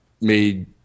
made